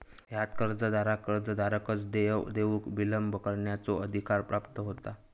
ह्यात कर्जदाराक कर्जदाराकच देय देऊक विलंब करण्याचो अधिकार प्राप्त होता